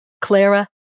Clara